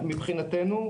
מבחינתנו,